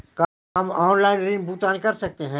का हम आनलाइन ऋण भुगतान कर सकते हैं?